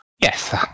Yes